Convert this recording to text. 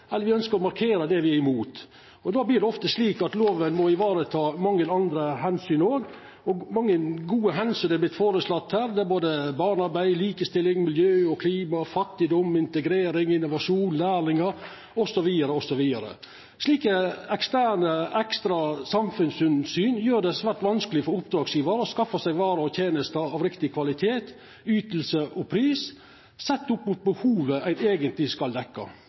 eller me ønskjer å markera det me er imot. Då vert det ofte slik at lova må vareta mange andre omsyn òg. Mange gode omsyn har vorte foreslått her: barnearbeid, likestilling, miljø, klima, fattigdom, integrering, innovasjon, lærlingar osv. Slike ekstra samfunnsomsyn gjer det svært vanskeleg for oppdragsgjevaren å skaffa seg varer og tenester av riktig kvalitet, yting og pris, sett opp imot behovet ein eigentleg skal